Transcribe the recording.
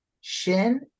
Shin